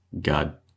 God